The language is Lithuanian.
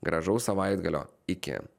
gražaus savaitgalio iki